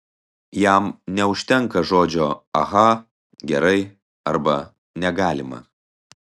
jam neužtenka žodžio aha gerai arba negalima